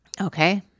Okay